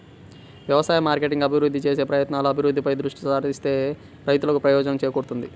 వ్యవసాయ మార్కెటింగ్ అభివృద్ధి చేసే ప్రయత్నాలు, అభివృద్ధిపై దృష్టి సారిస్తే రైతులకు ప్రయోజనం చేకూరుతుంది